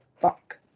Fuck